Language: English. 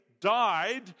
died